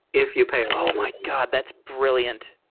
if you pay oh, my god. that's brilliant.